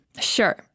Sure